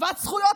שוות זכויות,